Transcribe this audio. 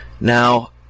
Now